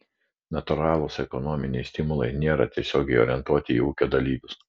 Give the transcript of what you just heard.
natūralūs ekonominiai stimulai nėra tiesiogiai orientuoti į ūkio dalyvius